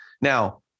Now